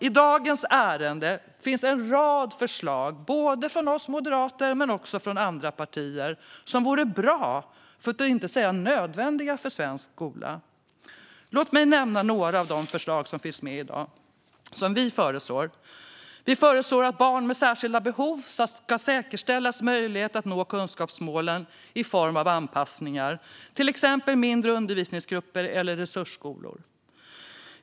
I dagens ärende finns en rad förslag både från oss moderater och från andra partier som vore bra, för att inte säga nödvändiga, för svensk skola. Låt mig nämna några av de förslag som vi för fram i dag. Vi föreslår att barn med särskilda behov ska säkerställas möjlighet att nå kunskapsmålen i form av anpassningar, till exempel mindre undervisningsgrupper eller resursskolor.